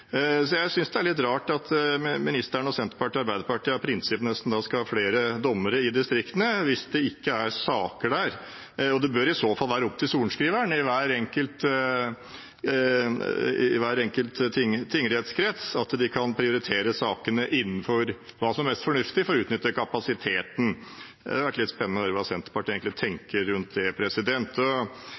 Så jeg synes det er litt rart at statsråden og Senterpartiet og Arbeiderpartiet nesten av prinsipp skal ha flere dommere i distriktene hvis det ikke er saker der. Det bør i så fall være opp til sorenskriveren i hver enkelt tingrettskrets å kunne prioritere sakene innenfor det som er mest fornuftig for å utnytte kapasiteten. Det hadde vært litt spennende å høre hva Senterpartiet egentlig tenker rundt det.